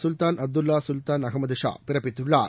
Sultan Abdullah Sultan Ahmad Shah பிறப்பித்துள்ளார்